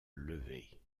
lever